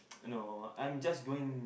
no I'm just going